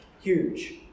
huge